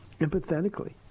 empathetically